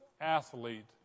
athlete